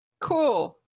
Cool